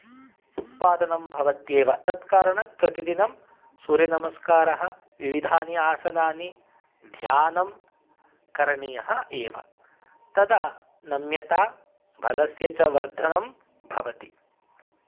उत्पादनं भवत्येव तत्कारणात् प्रतिदिनं सूर्यनमस्कारः विविधानि आसनानि ध्यानं करणीयः एव तदा नम्यता बलस्य च वर्धनं भवति